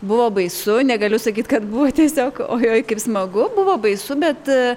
buvo baisu negaliu sakyt kad buvo tiesiog ojoj kaip smagu buvo baisu bet